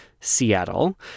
Seattle